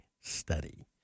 study